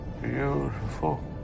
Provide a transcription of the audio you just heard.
Beautiful